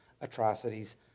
atrocities